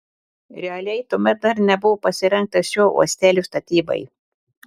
realiai tuomet dar nebuvo pasirengta šio uostelio statybai